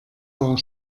war